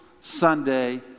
Sunday